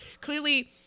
clearly